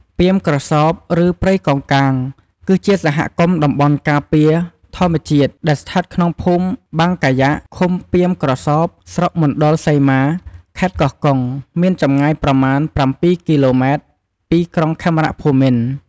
ពាមក្រសោប ឬ ព្រៃកោងកាង គឺជាសហគមន៍តំបន់ការពារធម្មជាតិ ដែលស្ថិតក្នុងភូមិបាងកាយ៉ាក ឃុំពាមក្រសោប ស្រុកមណ្ឌលសីមា ខេត្តកោះកុង មានចម្ងាយប្រមាណ៧គីឡូម៉ែត្រ ពីក្រុង ខេមរភូមិន្ទ។